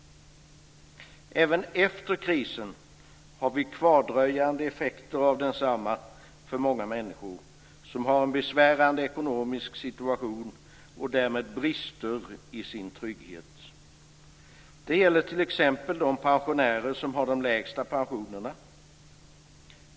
Även efter krisen har vi kvardröjande effekter av densamma för många människor som har en besvärande ekonomisk situation och därmed brister i sin trygghet. Det gäller t.ex. de pensionärer som har de lägsta pensionerna.